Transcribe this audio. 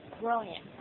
brilliant.